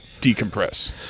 decompress